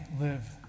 live